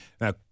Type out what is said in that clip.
Now